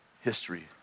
history